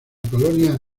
colonia